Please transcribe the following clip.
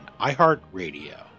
iHeartRadio